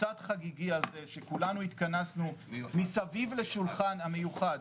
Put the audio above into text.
קצת חגיגי הזה שכולנו התכנסנו מסביב לשולחן המיוחד,